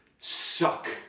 Suck